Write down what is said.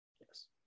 Yes